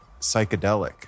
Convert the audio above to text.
psychedelic